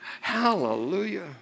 Hallelujah